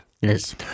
Yes